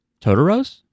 Totoros